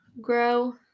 grow